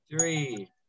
three